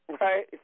Right